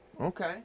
Okay